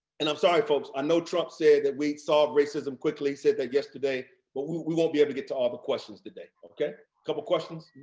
and i'm sorry, folks, i know trump said that we'd solve racism quickly, said that yesterday, but we we won't be able to get to all the questions today. a couple of questions.